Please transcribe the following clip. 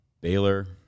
Baylor